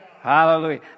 Hallelujah